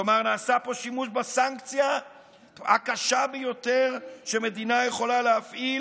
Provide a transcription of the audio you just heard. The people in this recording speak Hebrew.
כלומר נעשה פה שימוש בסנקציה הקשה ביותר שמדינה יכולה להפעיל